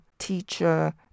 Teacher